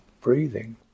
breathing